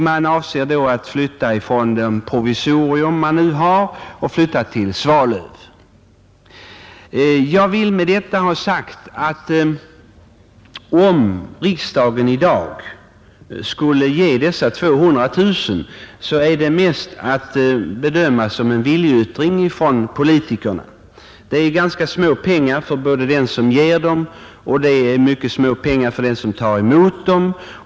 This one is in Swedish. Man avser då att flytta från det provisorium man nu har till Svalöv. Jag vill med detta ha sagt att om riksdagen i dag skulle höja anslaget med dessa föreslagna 200 000 kronor är det mest att bedöma som en viljeyttring från politikerna. Det är ganska små pengar både för dem som ger dem och för dem som tar emot dem.